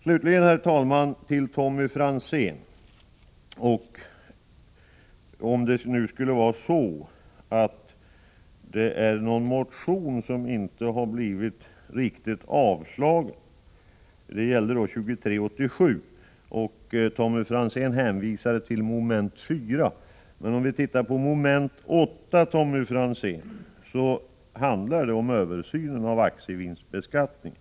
Slutligen, herr talman, vill jag rikta mig till Tommy Franzén. Det är möjligt att någon motion inte har blivit riktigt avstyrkt. Jag tänker på motion 2387. Tommy Franzén hänvisar till mom. 4 i utskottets hemställan. Men mom. 8 handlar om en översyn av aktievinstbeskattningen.